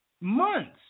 Months